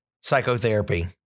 psychotherapy